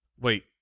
Wait